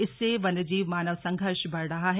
इससे वन्यजीव मानव संघर्ष बढ़ रहा है